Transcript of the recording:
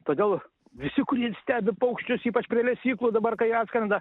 todėl visi kurie stebi paukščius ypač prie lesyklų dabar kai jie atskrenda